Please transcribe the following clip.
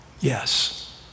Yes